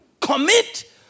Commit